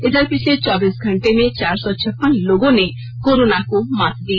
इधर पिछले चौबीस घंटे में चार सौ छप्पन लोगों ने कोरोना को मात दी